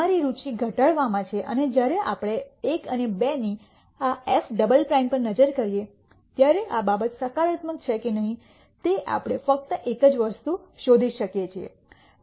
અમારી રુચિ ઘટાડવામાં છે અને જ્યારે આપણે 1 અને 2 ની આ એફ ડબલ પ્રાઇમ પર નજર કરીએ છીએ ત્યારે આ બાબત સકારાત્મક છે કે નહીં તે આપણે ફક્ત એક જ વસ્તુ શોધી શકીએ છીએ